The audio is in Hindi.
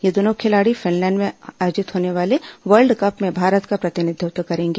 ये दोनों खिलाड़ी फिनलैंड में आयोजित होने वाले वर्ल्ड कप में भारत का प्रतिनिधित्व करेंगी